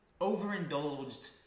overindulged